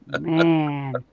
Man